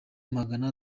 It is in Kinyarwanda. magana